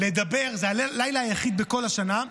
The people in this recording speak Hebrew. זה הלילה היחיד בכל השנה,